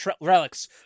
relics